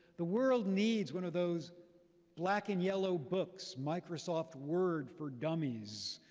the world needs one of those black and yellow books, microsoft word for dummies,